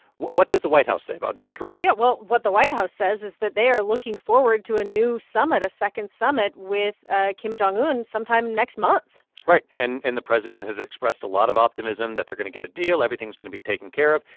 what what does the white house say about north korea? yeah. well, what the white house says is that they are looking forward to a new summit, a second summit with kim jong un sometime next month right. and and the president has expressed a lot of optimism that they're going to get a deal, everything's going to be taken care of.